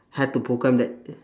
had to that